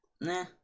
Nah